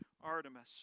Artemis